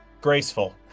Graceful